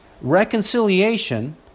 reconciliation